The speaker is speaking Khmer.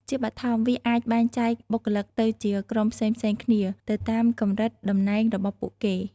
ជាបឋម វាអាចបែងចែកបុគ្គលិកទៅជាក្រុមផ្សេងៗគ្នា ទៅតាមកម្រិតតំណែងរបស់ពួកគេ។